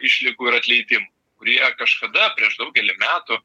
išlygų ir atleidimų kurie kažkada prieš daugelį metų